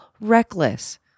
reckless